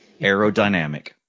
Aerodynamic